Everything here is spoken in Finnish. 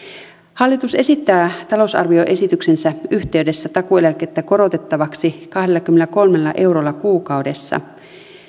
hallitus esittää talousarvioesityksensä yhteydessä takuueläkettä korotettavaksi kahdellakymmenelläkolmella eurolla kuukaudessa